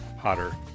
hotter